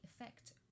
effect